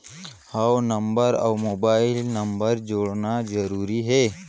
हव नंबर अउ mobile number जोड़ना जरूरी हे?